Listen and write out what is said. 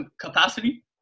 capacity